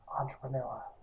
entrepreneur